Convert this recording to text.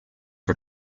for